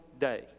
day